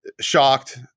shocked